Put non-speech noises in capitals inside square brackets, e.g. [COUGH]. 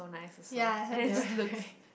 ya I heard their [LAUGHS]